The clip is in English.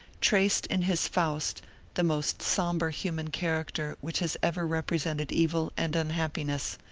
traced in his faust the most somber human character which has ever represented evil and unhappiness.